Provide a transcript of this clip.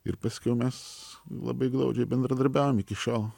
ir paskiau mes labai glaudžiai bendradarbiavom iki šiol